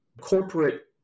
corporate